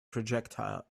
projectile